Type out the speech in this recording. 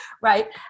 right